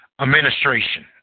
administration